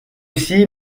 ici